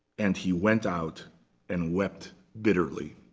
and he went out and wept bitterly.